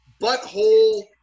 Butthole